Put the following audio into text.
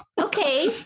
Okay